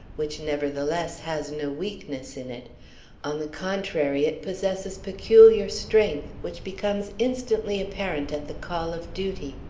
which, nevertheless, has no weakness in it on the contrary, it possesses peculiar strength, which becomes instantly apparent at the call of duty.